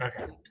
Okay